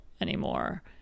anymore